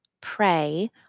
pray